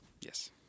Yes